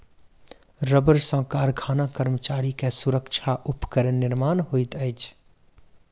रबड़ सॅ कारखाना कर्मचारी के सुरक्षा उपकरण निर्माण होइत अछि